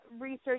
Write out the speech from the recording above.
research